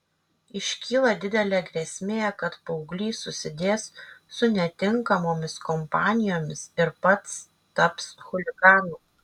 iškyla didelė grėsmė kad paauglys susidės su netinkamomis kompanijomis ir pats taps chuliganu